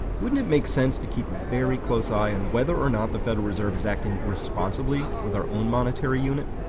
wouldn't it make sense to keep a very close eye on and whether or not the federal reserve is acting responsibly with our own monetary unit?